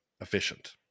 efficient